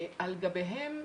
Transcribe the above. על גביהם